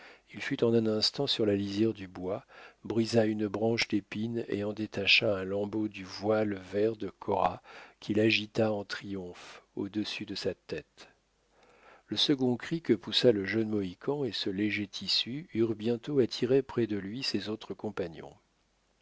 il fut en un instant sur la lisière du bois brisa une branche d'épines et en détacha un lambeau du voile vert de cora qu'il agita en triomphe au-dessus de sa tête le second cri que poussa le jeune mohican et ce léger tissu eurent bientôt attiré près de lui ses autres compagnons